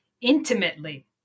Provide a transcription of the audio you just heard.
Intimately